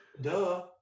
duh